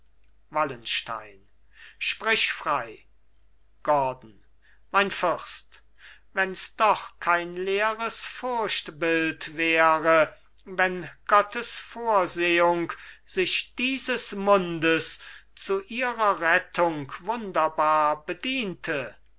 wallenstein sprich frei gordon mein fürst wenns doch kein leeres furchtbild wäre wenn gottes vorsehung sich dieses mundes zu ihrer rettung wunderbar bediente